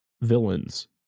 villains